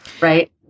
right